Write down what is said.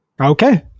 okay